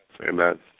Amen